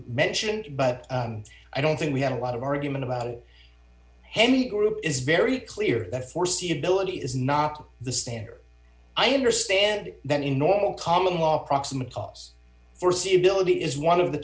mentioned but i don't think we have a lot of argument about it any group is very clear that foreseeability is not the standard i understand that in normal common law proximate cause foreseeability is one of the